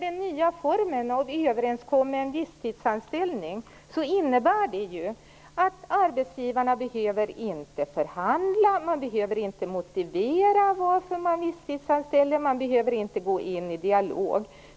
Den nya formen av överenskommen visstidsanställning innebär ju att arbetsgivarna inte behöver förhandla, man behöver inte motivera varför man visstidsanställer, man behöver inte gå in i dialog.